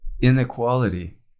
inequality